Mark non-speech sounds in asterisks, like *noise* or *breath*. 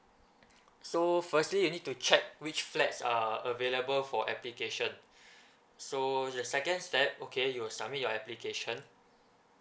so firstly you need to check which flats are available for application *breath* so the second step okay you'll submit your application